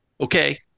okay